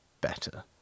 better